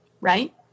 right